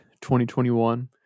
2021